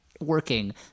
working